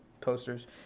posters